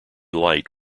light